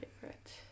favorite